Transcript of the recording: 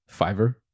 Fiverr